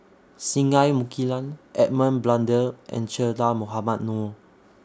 Singai Mukilan Edmund Blundell and Che Dah Mohamed Noor